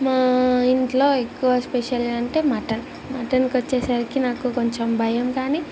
మా ఇంట్లో ఎక్కువ స్పెషల్గా అంటే మటన్ మటన్కొచ్చేసరికి నాకు కొంచెం భయం కాని